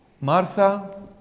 Martha